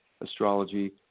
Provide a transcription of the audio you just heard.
astrology